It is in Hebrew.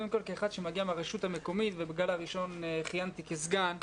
כאחד שמגיע מהרשות המקומית ובגל הראשון כיהנתי כסגן,